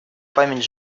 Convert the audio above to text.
память